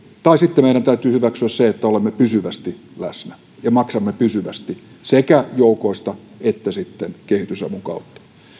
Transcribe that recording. tai sitten meidän täytyy hyväksyä se että olemme pysyvästi läsnä ja maksamme pysyvästi sekä joukoista että kehitysavun kautta